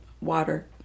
water